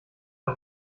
der